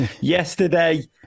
Yesterday